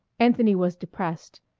anthony was depressed.